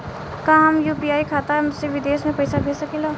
का हम यू.पी.आई खाता से विदेश में पइसा भेज सकिला?